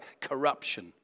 corruption